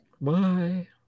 Bye